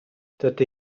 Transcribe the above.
dydy